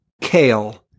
kale